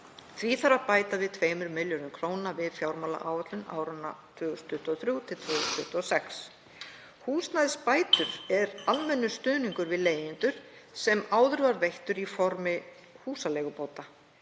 Því þarf að bæta 2 milljörðum kr. við fjármálaáætlun áranna 2023–2026. Húsnæðisbætur eru almennur stuðningur við leigjendur sem áður var veittur í formi húsaleigubóta.